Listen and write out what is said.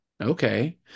okay